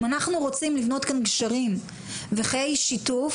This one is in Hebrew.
אם אנחנו רוצים לבנות כאן גשרים וחיי שיתוף,